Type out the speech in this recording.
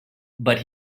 but